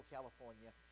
California